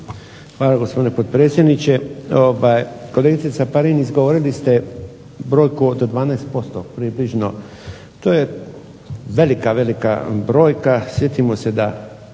Hvala gospodine potpredsjedniče. Kolegice Caparin izgovorili ste brojku od 12% približno. To je velika, velika brojka. Sjetimo se da